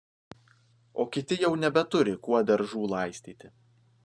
o kiti jau nebeturi kuo daržų laistyti